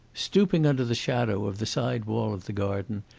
stooping under the shadow of the side wall of the garden,